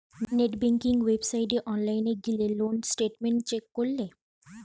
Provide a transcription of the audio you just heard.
net banking ওয়েবসাইটে online গিলে loan statement check করলে